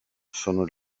sono